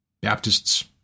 Baptists